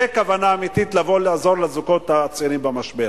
זו כוונה אמיתית לבוא לעזור לזוגות הצעירים במשבר.